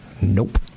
Nope